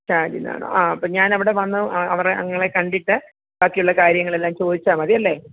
ഷാജിന്നാണോ ആ അപ്പം ഞാനവിടെ വന്ന് അവരെ നിങ്ങളെ കണ്ടിട്ട് ബാക്കിയുള്ള കാര്യങ്ങളെല്ലാം ചോദിച്ചാൽ മതിയല്ലേ